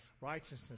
righteousness